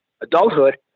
adulthood